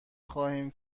خواهیم